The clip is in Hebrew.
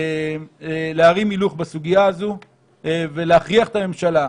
להרים הילוך בסוגיה הזו ולהכריח את הממשלה,